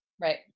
Right